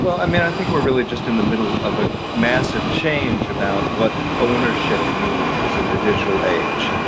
well, i mean i think we're really just in the middle of a massive change about what ownership means in the digital age.